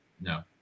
no